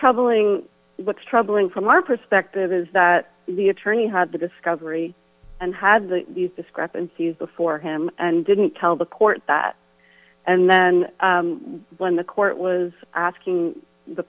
troubling what's troubling from our perspective is that the attorney had the discovery and had the discrepancies before him and didn't tell the court that and then when the court was asking the